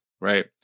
right